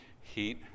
heat